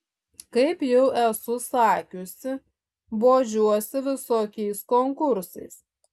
kaip jau esu sakiusi bodžiuosi visokiais konkursais